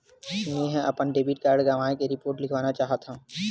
मेंहा अपन debit card गवाए के रिपोर्ट लिखना चाहत हव